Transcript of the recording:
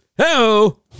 Hello